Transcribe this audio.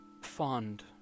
fond